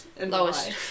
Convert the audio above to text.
Lowest